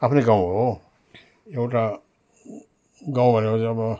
आफ्नै गाउँ हो एउटा गाउँ भनेको चाहिँ अब